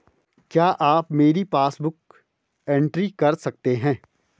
क्या आप मेरी पासबुक बुक एंट्री कर सकते हैं?